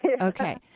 Okay